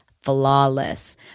flawless